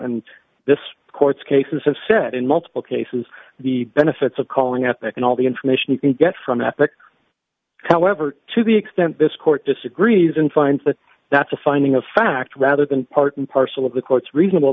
and this court's cases have said in multiple cases the benefits of calling up and all the information you can get from ethnic however to the extent this court disagrees and finds that that's a finding of fact rather than part and parcel of the court's reasonable